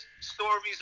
stories